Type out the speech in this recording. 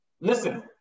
Listen